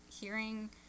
hearing